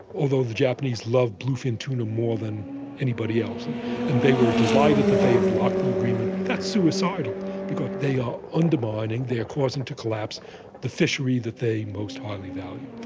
although the japanese love bluefin tuna more than anybody else. and and they were delighted that they had blocked the agreement. that's suicidal because they are undermining, they are causing to collapse the fishery that they most highly value.